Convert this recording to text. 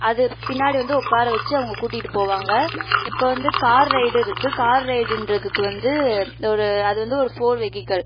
அது பின்னாடி வந்து உட்கார வச்சு அவங்க கூட்டிகிட்டு போவாங்கள் இப்போ வந்து கார் ரைடு இருக்கும் கார் ரைடுன்றதுக்கு வந்து இந்த ஒரு அது வந்து ஃபோர் வெஹிக்கள்